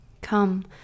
Come